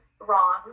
wrong